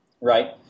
right